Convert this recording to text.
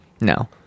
No